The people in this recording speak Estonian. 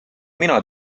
mina